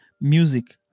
music